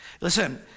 Listen